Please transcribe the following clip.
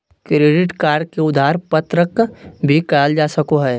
credit card के उधार पत्रक भी कहल जा सको हइ